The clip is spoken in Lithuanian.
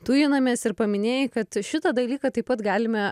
tujinamės ir paminėjai kad šitą dalyką taip pat galime